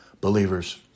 Believers